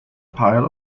pile